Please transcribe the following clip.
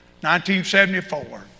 1974